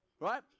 right